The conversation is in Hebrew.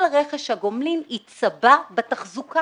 כל רכש הגומלין יצבע בתחזוקה,